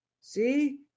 See